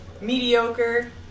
mediocre